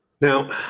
Now